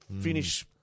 finish